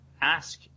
ask